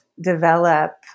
develop